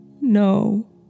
no